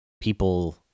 people